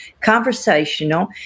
conversational